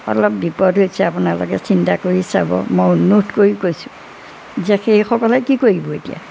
অলপ বিপদ হৈছে আপোনালোকে চিন্তা কৰি চাব মই অনুৰোধ কৰি কৈছোঁ যে সেইসকলে কি কৰিব এতিয়া